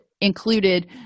included